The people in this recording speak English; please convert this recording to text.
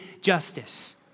justice